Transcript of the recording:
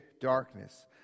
darkness